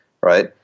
Right